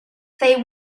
they